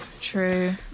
true